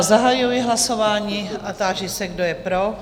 Zahajuji hlasování a ptám se, kdo je pro?